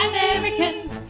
Americans